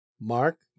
Mark